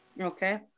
Okay